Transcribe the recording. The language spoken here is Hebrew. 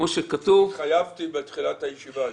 כמו שכתוב --- התחייבתי בתחילת הישיבה.